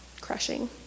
crushing